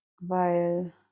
weil